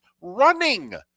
running –